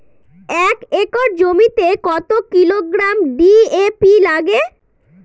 এক একর জমিতে কত কিলোগ্রাম ডি.এ.পি লাগে?